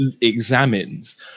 examines